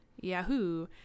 Yahoo